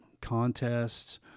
contests